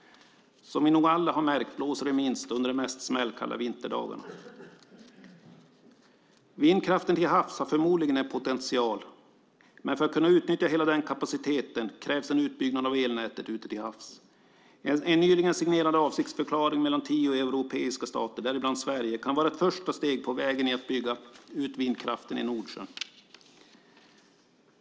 Som vi nog alla har märkt blåser det minst under de mest smällkalla vinterdagarna. Vindkraften till havs har förmodligen en potential, men för att kunna utnyttja hela den kapaciteten krävs en utbyggnad av elnätet ute till havs. En nyligen signerad avsiktsförklaring mellan tio europeiska stater, däribland Sverige, kan vara ett första steg på vägen för att bygga ut vindkraften i Nordsjön.